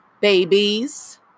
babies